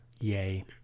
yay